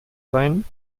sein